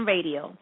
Radio